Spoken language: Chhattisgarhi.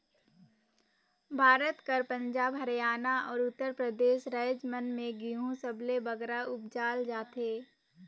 भारत कर पंजाब, हरयाना, अउ उत्तर परदेस राएज मन में गहूँ सबले बगरा उपजाल जाथे